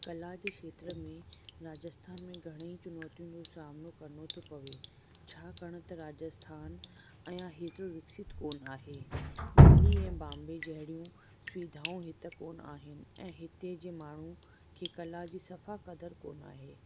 कला जे खेत्र में राजस्थान में घणेई चुनोतियुनि जो सामिनो करिणो थो पवे छाकाणि त राजस्थान अञा हेतिरो विकसित कोन आहे दिल्ली ऐं बांबे जहिड़ियूं सुविधाऊं हिते कोन आहिनि ऐं हिते जे माण्हूअ खे कला जी सफ़ा क़द्रु कोन आहे